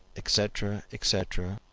etc, etc,